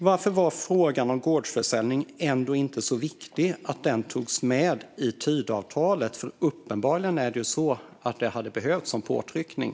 Varför var frågan om gårdsförsäljning inte så viktig att den togs med i Tidöavtalet? Uppenbarligen hade det behövts en påtryckning.